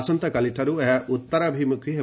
ଆସନ୍ତାକାଲି ଠାରୁ ଏହା ଉତ୍ତରାଭିମ୍ଖୀ ହେବ